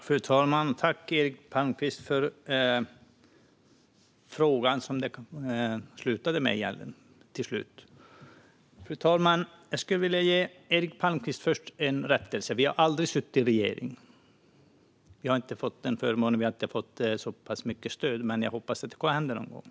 Fru talman! Tack för frågan, som du slutade med, Eric Palmqvist! Jag skulle vilja göra en rättelse först. Vi har aldrig suttit i regering. Vi har inte fått den förmånen då vi inte har fått så pass mycket stöd, men jag hoppas att det händer någon gång.